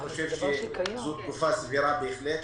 זו תקופה סבירה בהחלט.